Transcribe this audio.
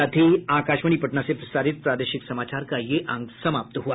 इसके साथ ही आकाशवाणी पटना से प्रसारित प्रादेशिक समाचार का ये अंक समाप्त हुआ